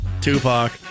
Tupac